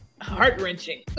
heart-wrenching